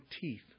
teeth